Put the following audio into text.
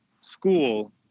school